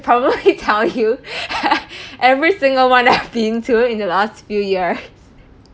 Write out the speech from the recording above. probably tell you every single one that I've been to in the last few years